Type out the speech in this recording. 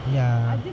ya